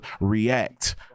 React